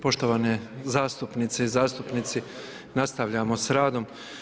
Poštovane zastupnice i zastupnici, nastavljamo s radom.